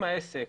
אם לעסק